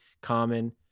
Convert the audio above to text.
common